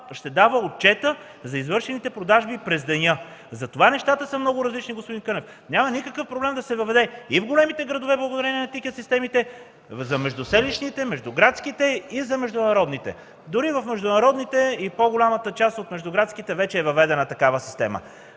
ще дава отчета за извършените продажби през деня. Затова нещата са много различни, господин Кънев. Няма никакъв проблем да се въведе и в големите градове, благодарение на тикет системите, за междуселищните, междуградските и за международните. Дори в международните и в по-голямата част от междуградските вече е въведена такава система.